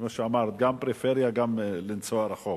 כמו שאמרת, גם פריפריה, גם לנסוע רחוק.